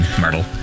Myrtle